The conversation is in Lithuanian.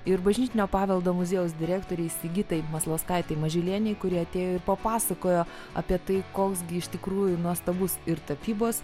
ir bažnytinio paveldo muziejaus direktorei sigitai maslauskaitei mažylienei kuri atėjo ir papasakojo apie tai koks gi iš tikrųjų nuostabus ir tapybos